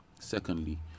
secondly